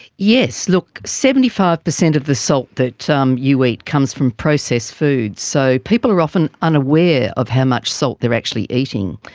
yes. look, seventy five percent of the salt that um you eat comes from processed food. so people are often unaware of how much salt they are actually eating.